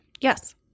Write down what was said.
Yes